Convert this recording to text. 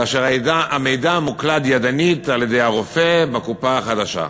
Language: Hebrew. כאשר המידע מוקלד ידנית על-ידי הרופא בקופה החדשה.